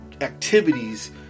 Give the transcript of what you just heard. activities